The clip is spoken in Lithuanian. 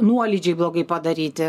nuolydžiai blogai padaryti